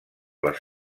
les